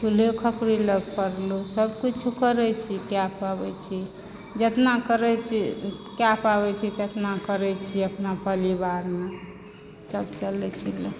चूल्हे खखोरय लऽ पड़लहुँ सबकुछ करै छी कय कऽ आबै छी जितना करै छी कय पाबै छी तितना करै छी अपना परिवार मे सब चलै छी